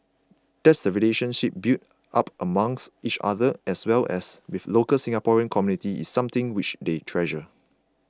that the relationships built up amongst each other as well as with local Singaporean community is something which they treasure